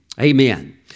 Amen